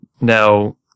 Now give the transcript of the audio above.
Now